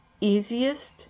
easiest